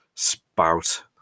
Spout